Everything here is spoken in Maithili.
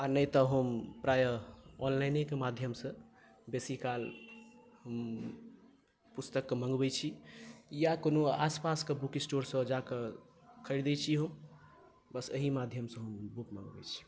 आ नहि तऽ हम प्रायः ऑनलाइ ने के माध्यम सॅं बेसी काल पुस्तक के मॅंगबै छी या कोनो आसपास के बुक स्टोर सॅं जाकय खरीदै छी हम बस अहि माध्यम सॅं हम बुक मॅंगाबै छी